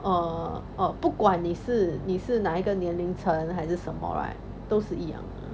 err err 不管你是你是哪一个年龄层还是什么 right 都是一样的